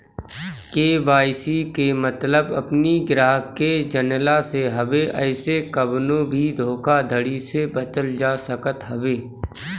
KYC के मतलब अपनी ग्राहक के जनला से हवे एसे कवनो भी धोखाधड़ी से बचल जा सकत हवे